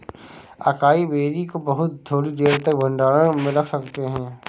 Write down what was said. acai berry को बहुत थोड़ी देर तक भंडारण में रख सकते हैं